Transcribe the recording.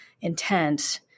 intent